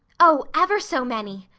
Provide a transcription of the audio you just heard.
oh, ever so many,